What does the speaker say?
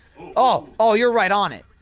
oh! oh, you're right on it!